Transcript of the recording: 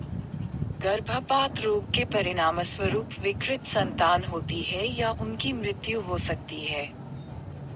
गर्भपात रोग के परिणामस्वरूप विकृत संतान होती है या उनकी मृत्यु हो सकती है